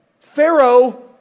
Pharaoh